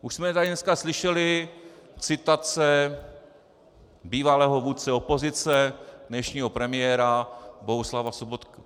Už jsme tady dneska slyšeli citace bývalého vůdce opozice, dnešního premiéra Bohuslava Sobotky.